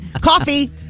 Coffee